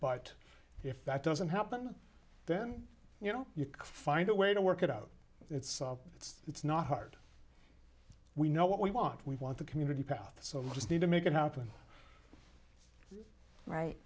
but if that doesn't happen then you know you find a way to work it out it's it's it's not hard we know what we want we want the community paths of just need to make it happen right